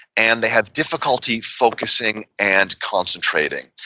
and they have difficulty focusing and concentrating.